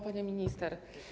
Pani Minister!